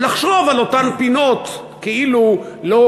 לחשוב על אותן פינות כאילו לא